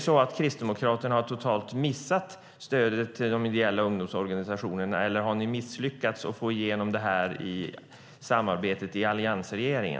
Har Kristdemokraterna totalt missat stödet till de ideella ungdomsorganisationerna, eller har ni misslyckats med att få igenom det i samarbetet i alliansregeringen?